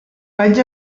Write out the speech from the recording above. vaig